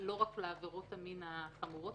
רק לעבירות המין החמורות.